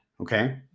Okay